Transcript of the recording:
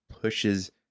pushes